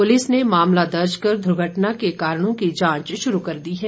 police ने मामला दर्ज कर दुर्घटना के कारणों की जांच शुरू कर दी है